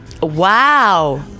wow